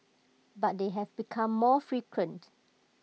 but they have become more frequent